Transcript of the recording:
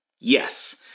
Yes